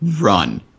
run